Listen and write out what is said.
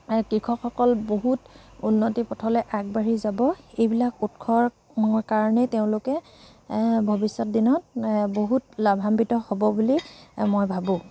কৃষকসকল বহুত উন্নতি পথলৈ আগবাঢ়ি যাব এইবিলাক উৎসৰ কাৰণেই তেওঁলোকে ভৱিষ্যত দিনত বহুত লাভাম্বিত হ'ব বুলি মই ভাবোঁ